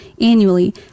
annually